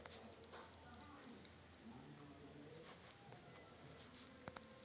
hirsutum ಹತ್ತಿ ಮೆಕ್ಸಿಕೊದ ಬೆಳೆಯು ಅಟ್ಲಾಂಟಿಕ್ ಮತ್ತು ಪೆಸಿಫಿಕ್ ಮಹಾಸಾಗರಗಳ ತೀರಪ್ರದೇಶದಲ್ಲಿ ಬೆಳಿತಿದ್ವು